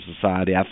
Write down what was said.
society